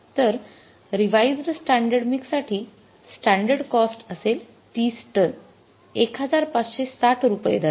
तर revised standard mix साठी standard cost असेल ३० टन १५६० रुपये दराने